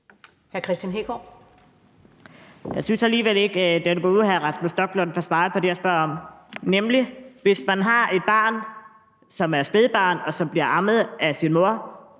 Kristian Hegaard (RV): Jeg synes alligevel ikke, at den gode hr. Rasmus Stoklund får svaret på det, jeg spørger om, nemlig: Hvis man har et spædbarn, der bliver ammet af sin mor,